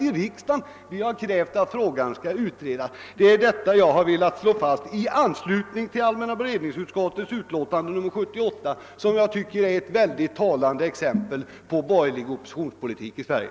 i riksdagen och krävt att densamma skall utredas. Det är detta jag har velat slå fast i anslutning till allmänna beredningsutskottets utlåtande nr 78, och jag tycker det är ett mycket talande exempel på borgerlig oppositionspolitik i Sverige.